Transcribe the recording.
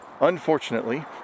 unfortunately